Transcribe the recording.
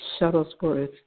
Shuttlesworth